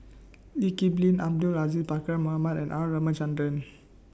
Lee Kip Lin Abdul Aziz Pakkeer Mohamed and R Ramachandran